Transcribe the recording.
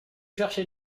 chercher